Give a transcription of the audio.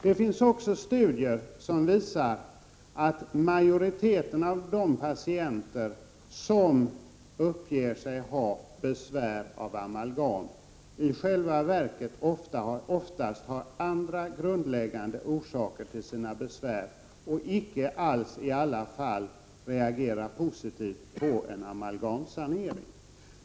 Det finns också studier som visar att majoriteten av de patienter som uppger sig ha besvär av amalgam i själva verket oftast har andra grundläggande orsaker till sina besvär och icke alls i alla fall reagerar positivt på en amalgamsanering.